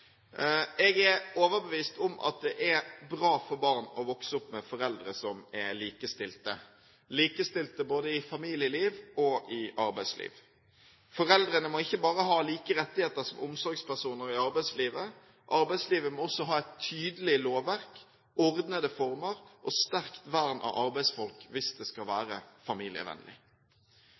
Jeg er overbevist om at det er bra for barn å vokse opp med foreldre som er likestilte, likestilte både i familieliv og i arbeidsliv. Foreldrene må ikke bare ha like rettigheter som omsorgspersoner i arbeidslivet. Arbeidslivet må også ha et tydelig lovverk, ordnede former og sterkt vern av arbeidsfolk hvis det skal være familievennlig.